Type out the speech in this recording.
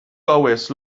gauez